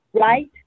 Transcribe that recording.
right